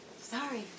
Sorry